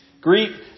Greet